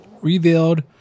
revealed